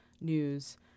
news